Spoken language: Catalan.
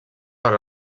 per